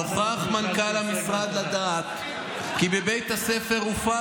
אם נוכח מנכ"ל המשרד לדעת כי בבית הספר הופר